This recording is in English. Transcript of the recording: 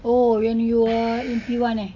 oh when you're in P one eh